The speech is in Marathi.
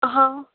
हां